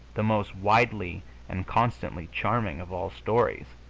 the most widely and constantly charming of all stories,